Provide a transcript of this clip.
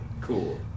Cool